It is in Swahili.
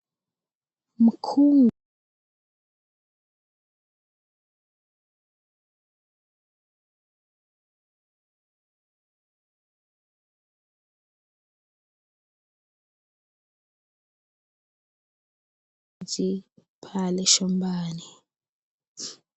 Mku ndizi pale shambani